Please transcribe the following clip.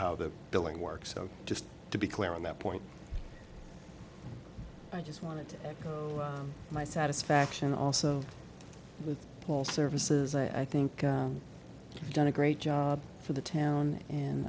how the billing works so just to be clear on that point i just wanted to my satisfaction also with all services and i think you've done a great job for the town and